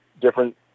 different